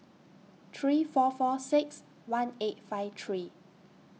three four four six one eight five three